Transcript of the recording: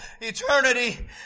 eternity